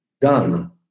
done